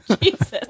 jesus